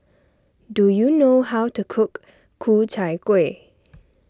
do you know how to cook Ku Chai Kuih